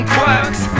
quirks